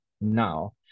now